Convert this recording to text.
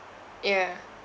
yeah